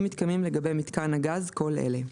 אם מתקיימים לגבי מיתקן הגז כל אלה: